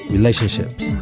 Relationships